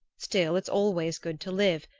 still, it's always good to live,